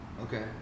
Okay